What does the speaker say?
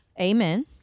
Amen